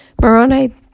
Moroni